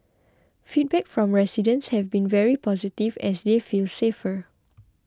feedback from residents have been very positive as they feel safer